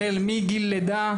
החל מגיל לידה